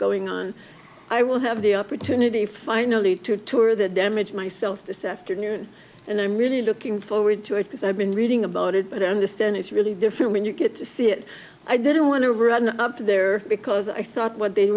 going on i will have the opportunity finally to tour the damage myself this afternoon and i'm really looking forward to it because i've been reading about it but i understand it's really different when you get to see it i didn't want to run up there because i thought what they